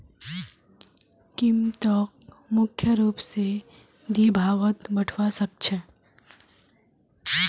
कीमतक मुख्य रूप स दी भागत बटवा स ख छ